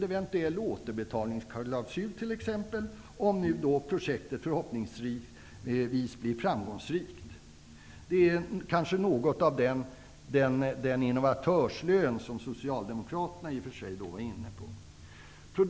Eventuellt kan man tänka sig en återbetalningsklausul om projektet blir framgångsrikt. Det här är kanske något i stil med den innovatörslön som Socialdemokraterna var inne på.